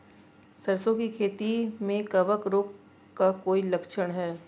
सरसों की खेती में कवक रोग का कोई लक्षण है?